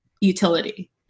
utility